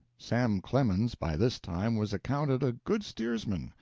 sam clemens, by this time, was accounted a good steersman,